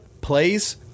plays